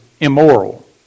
immoral